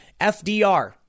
FDR